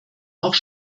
auch